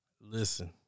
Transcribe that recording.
Listen